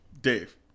Dave